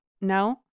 no